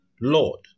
Lord